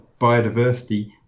biodiversity